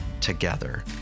together